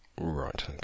Right